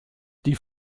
die